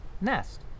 nest